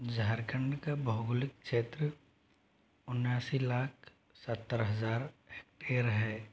झारखण्ड का भौगोलिक क्षेत्र उनासी लाख सत्तर हज़ार हेक्टेयर है